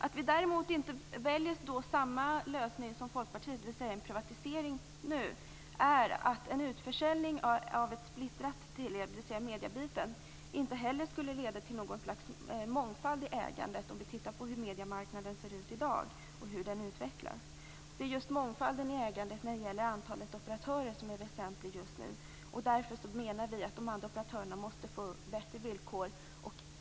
Att vi nu däremot inte väljer samma lösning som Folkpartiet, dvs. en privatisering, beror på att en utförsäljning av ett splittrat Telia, dvs. mediebiten, inte heller skulle leda till något slags mångfald i ägandet med hänsyn till hur mediemarknaden ser ut i dag och hur den utvecklas. Det är just mångfalden i ägandet när det gäller antalet operatörer som är väsentligt just nu, och därför menar vi att de andra operatörerna måste få bättre villkor.